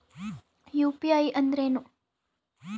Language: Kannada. ಯು.ಪಿ.ಐ ಅಂದ್ರೇನು?